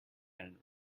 and